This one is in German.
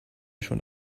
schon